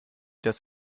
das